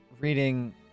reading